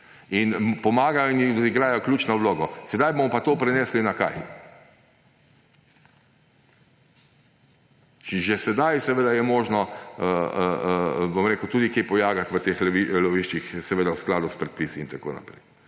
in pomagajo in igrajo ključno vlogo. Na koga bomo pa sedaj to prenesli? Že sedaj je možno, bom rekel, tudi kaj »pojagat« v teh loviščih, seveda v skladu s predpisi in tako naprej.